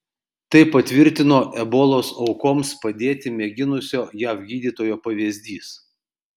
tai patvirtino ebolos aukoms padėti mėginusio jav gydytojo pavyzdys